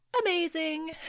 amazing